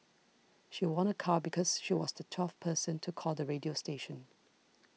she won a car because she was the twelfth person to call the radio station